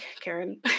Karen